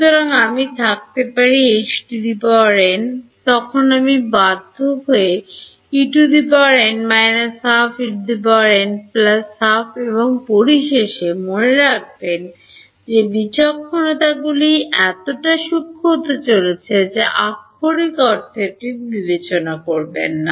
সুতরাং আমি থাকতে পারে Hn বলেছে তখন আমি বাধ্য করতে বাধ্য En 12 En 12 পরিশেষে মনে রাখবেন যে বিচক্ষণতাগুলি এতটা সূক্ষ্ম হতে চলেছে যে আক্ষরিক অর্থে এটি বিবেচনা করবে না